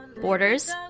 borders